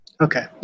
Okay